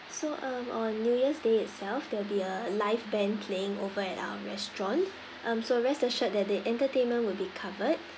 so um on new year's day itself there'll be a live band playing over at our restaurant um so rest assured that the entertainment will be covered